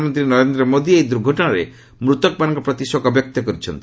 ପ୍ରଧାନମନ୍ତ୍ରୀ ନରେନ୍ଦ୍ର ମୋଦି ଏହି ଦୁର୍ଘଟଣାରେ ମୃତକମାନଙ୍କ ପ୍ରତି ଶୋକବ୍ୟକ୍ତ କରିଛନ୍ତି